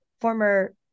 former